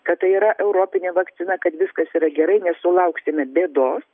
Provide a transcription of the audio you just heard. kada tai yra europinė vakcina kad viskas yra gerai nesulauksime bėdos